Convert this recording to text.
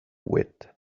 wit